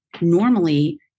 normally